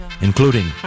including